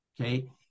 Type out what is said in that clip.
Okay